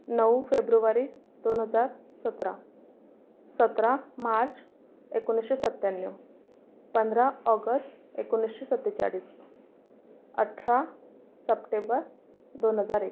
नऊ फेब्रुवारी दोन हजार सतरा सतरा मार्च एकोणीसशे सत्त्याण्णव पंधरा ऑगस्ट एकोणिसशे सत्तेचाळीस अठरा सप्टेबर दोन हजार एक